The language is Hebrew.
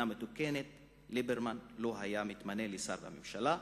מתוקנת ליברמן לא היה מתמנה לשר בממשלה.